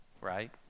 right